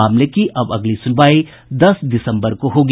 मामले में अब अगली सुनवाई दस दिसम्बर को होगी